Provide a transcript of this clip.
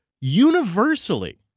universally